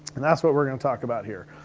and that's what we're gonna talk about here.